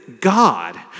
God